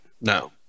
No